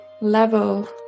level